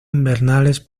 invernales